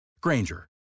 Granger